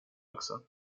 också